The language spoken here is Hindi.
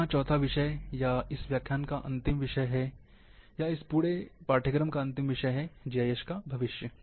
अब यहाँ चौथा विषय या इस व्याख्यान का अंतिम या इस पूरे पाठ्यक्रम का अंतिम विषय है जीआईएस का भविष्य